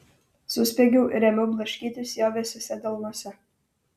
suspiegiau ir ėmiau blaškytis jo vėsiuose delnuose